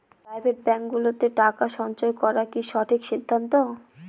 Private ব্যাঙ্কগুলোতে টাকা সঞ্চয় করা কি সঠিক সিদ্ধান্ত?